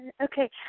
Okay